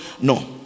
no